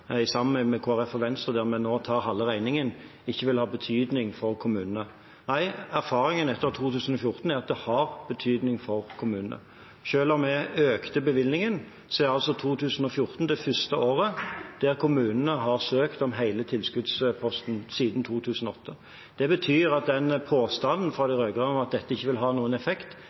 sammen med Kristelig Folkeparti og Venstre, der vi nå tar halve regningen, ikke vil ha betydning for kommunene. Erfaringene etter 2014 er at det har betydning for kommunene. Selv om vi økte bevilgningen, er altså 2014 det første året der kommunene har søkt om hele tilskuddsposten siden 2008. Det betyr at påstanden fra de rød-grønne om at dette ikke vil ha noen effekt, er feil. Det